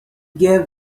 gave